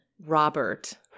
Robert